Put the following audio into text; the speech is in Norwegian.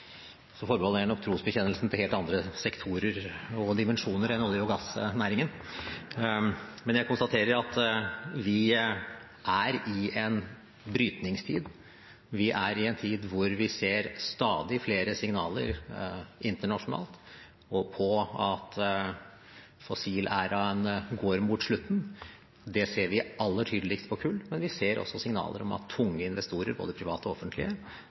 konstaterer at vi er i en brytningstid. Vi er i en tid hvor vi ser stadig flere signaler internasjonalt om at fossilæraen går mot slutten. Det ser vi aller tydeligst på kull, men vi ser også signaler om at tunge investorer, både private og offentlige,